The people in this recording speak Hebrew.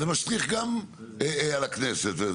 אז זה משליך גם על הכנסת.